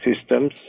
systems